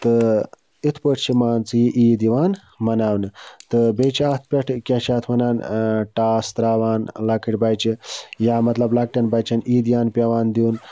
تہٕ یِتھ پٲٹھۍ چھِ مان ژٕ یہِ عیٖد یِوان مَناونہٕ تہٕ بیٚیہِ چھِ اَتھ پٮ۪ٹھ کیٛاہ چھِ اَتھ وَنان ٹاس ترٛاوان لۄکٕٹۍ بَچہِ یا مَطلَب لۄکٹٮ۪ن بَچَن عیٖدیان پٮ۪وان دیُن